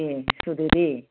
दे सुदो दे